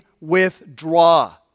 withdraw